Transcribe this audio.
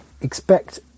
Expect